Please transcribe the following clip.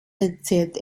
erzählt